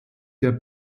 der